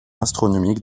astronomique